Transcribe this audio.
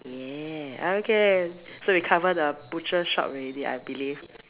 yeah okay so we cover the butcher shop already I believe